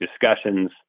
discussions